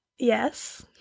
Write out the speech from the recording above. Yes